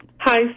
Hi